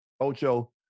Ocho